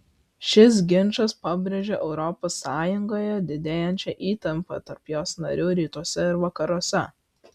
šis ginčas pabrėžė europos sąjungoje didėjančią įtampą tarp jos narių rytuose ir vakaruose